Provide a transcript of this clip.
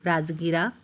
राजगिरा